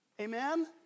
Amen